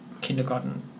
kindergarten